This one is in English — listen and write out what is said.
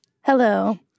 Hello